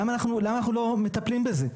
למה אנחנו לא מטפלים בזה?